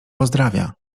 pozdrawia